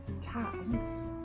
times